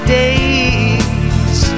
days